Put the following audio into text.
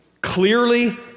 clearly